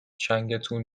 چنگتون